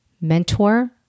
mentor